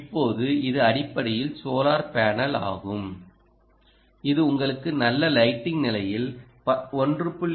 இப்போது இது அடிப்படையில் சோலார் பேனல் ஆகும் இது உங்களுக்கு நல்ல லைட்டிங் நிலையில் 1